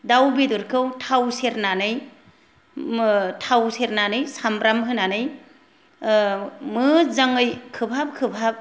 दाउ बेदरखौ थाव सेरनानै थाव सेरनानै सामब्राम होनानै मोजाङै खोबहाब खोबहाब